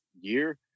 year